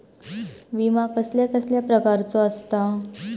विमा कसल्या कसल्या प्रकारचो असता?